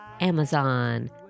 Amazon